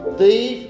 thief